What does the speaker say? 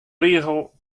rigel